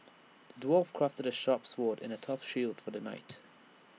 the dwarf crafted A sharp sword and A tough shield for the knight